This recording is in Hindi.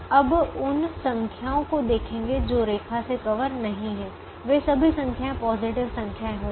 अब उन संख्याओं को देखेंगे जो रेखा से कवर नहीं हैं वे सभी संख्याएँ पॉजिटिव संख्याएँ होंगी